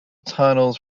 tunnels